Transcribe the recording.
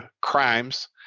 crimes